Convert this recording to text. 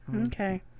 Okay